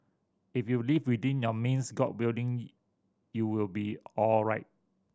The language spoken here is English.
if you live within your means God willing you will be alright